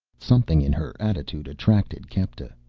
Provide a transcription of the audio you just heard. something in her attitude attracted kepta,